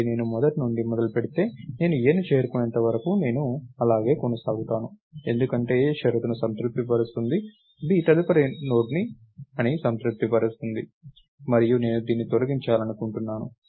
కాబట్టి నేను మొదటి నుండి మొదలుపెడితే నేను aని చేరుకునేంత వరకు నేను అలాగే కొనసాగుతాను ఎందుకంటే a షరతును సంతృప్తిపరుస్తుంది b తదుపరి నోడ్ అని సంతృప్తిపరుస్తుంది మరియు నేను దీన్ని తొలగించాలనుకుంటున్నాను